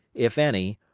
if any,